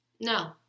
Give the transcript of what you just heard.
No